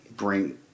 bring